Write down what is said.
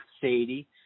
Sadie